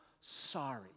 sorry